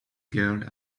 girl